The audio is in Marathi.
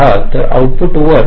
तर आउटपुट वर ते 5